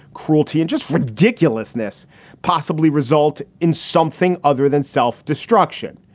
cruelty and just ridiculousness possibly result in something other than self destruction?